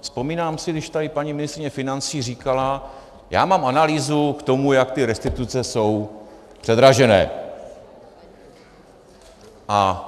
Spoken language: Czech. Vzpomínám si, když tady paní ministryně financí říkala, já mám analýzu k tomu, jak ty restituce jsou předražené, a